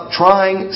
trying